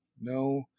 no